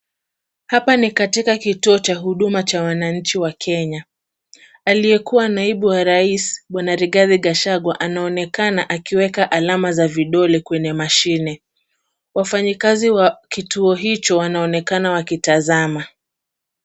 Hapa ni katika kituo cha huduma cha wananchi wa Kenya. Aliyekuwa naibu wa rais bwana Rigathi Gachagua anaonekana akiweka alama za vidole kwenye mashine. Wafanyikazi wa kituo hicho wanaonekana wakitazama.